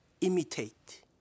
imitate